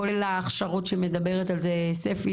כולל ההכשרות שמדברת עליהן ספי,